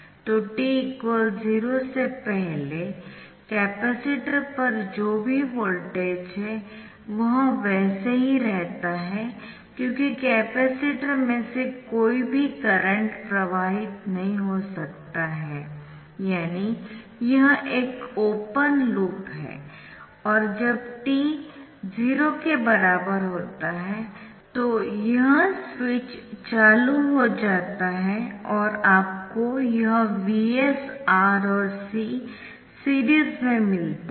तो t 0 से पहले कपैसिटर पर जो भी वोल्टेज है वह वैसे ही रहता हैक्योंकि कपैसिटर में से कोई भी करंट प्रवाहित नहीं हो सकता है यानि यह एक ओपन लूप है और जब t 0 के बराबर होता है तो यह स्विच चालू हो जाता है और आपको यह Vs R और C सीरीज में मिलते है